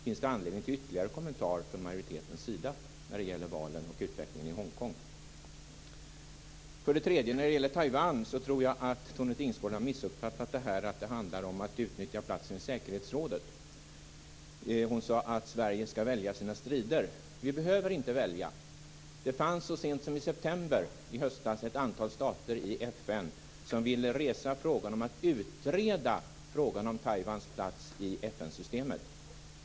Finns det anledning till ytterligare kommentar från majoritetens sida när det gäller valen och utvecklingen i Hong Kong? När det gäller Taiwan tror jag att Tone Tingsgård har missuppfattat resonemanget om att det handlar om att utnyttja platsen i säkerhetsrådet. Hon sade att Sverige skall välja sina strider. Vi behöver inte välja. Det fanns så sent som i september i höstas ett antal stater i FN som ville resa frågan om att utreda Taiwans plats i FN-systemet.